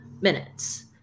minutes